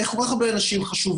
איך כל כך הרבה אנשים חשובים,